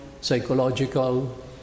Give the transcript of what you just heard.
psychological